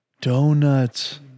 donuts